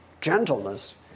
gentleness